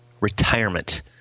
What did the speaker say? retirement